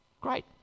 Great